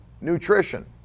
nutrition